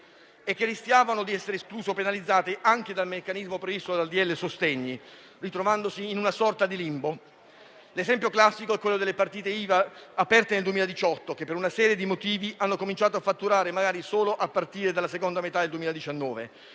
e che rischiavano di essere escluse o penalizzate anche dal meccanismo previsto dal decreto-legge sostegni, ritrovandosi in una sorta di limbo. L'esempio classico è quello delle partite IVA aperte nel 2018 che, per una serie di motivi, hanno cominciato a fatturare magari solo a partire dalla seconda metà del 2019.